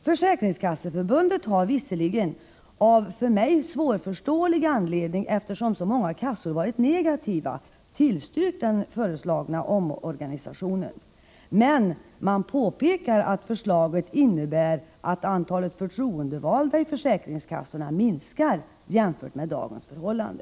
Försäkringskasseförbun 19 mars 1986 det har visserligen av för mig — eftersom så många försäkringskassor varit ä z å rad dn Lada Ökat förtroendenegativa — svårförståelig anledning tillstyrkt den föreslagna omorganisatiof , EA är : å z - mannainflytande i förnen, men man påpekar att förslaget innebär att antalet förtroendevalda i a RE - sade 5 säkringskassorna försäkringskassorna minskar jämfört med dagens förhållande.